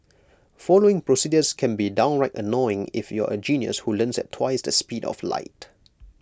following procedures can be downright annoying if you're A genius who learns at twice the speed of light